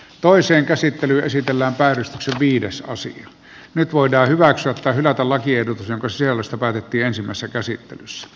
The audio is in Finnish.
toisen käsittely esitellään päivystykseen viides vuosi nyt voidaan hyväksyä tai hylätä lakiehdotus jonka sisällöstä päätettiin ensimmäisessä käsittelyssä